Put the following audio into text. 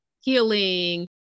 healing